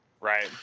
Right